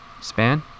span